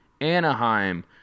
Anaheim